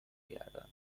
کردند